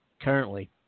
currently